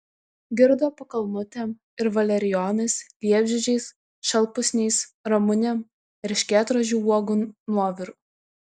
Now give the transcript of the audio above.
girdo pakalnutėm ir valerijonais liepžiedžiais šalpusniais ramunėm erškėtrožių uogų nuoviru